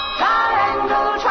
triangle